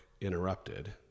Interrupted